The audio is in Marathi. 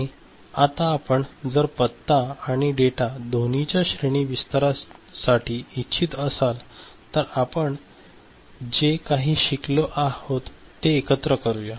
आणि आता आपण जर पत्ता आणि डेटा दोन्हीच्या श्रेणी विस्तारासाठी इच्छित असाल तर आपण आत्ता जे काही शिकलो आहोत ते एकत्र करूया